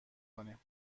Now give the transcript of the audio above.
کنیم